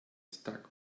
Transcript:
stuck